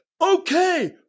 okay